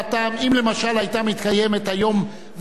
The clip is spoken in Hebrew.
אם, למשל, היתה מתקיימת היום ועדה